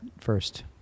first